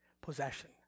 possession